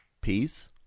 Peace